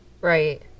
Right